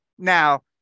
Now